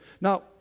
Now